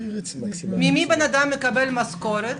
ממי הבן אדם מקבל משכורת